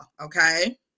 okay